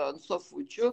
an sofučių